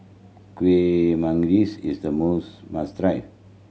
Kueh Manggis is the must try